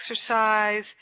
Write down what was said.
exercise